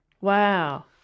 Wow